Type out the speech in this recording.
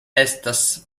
estas